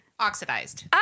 Oxidized